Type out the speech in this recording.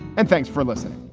and thanks for listening